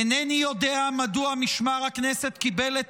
אינני יודע מדוע משמר הכנסת קיבל את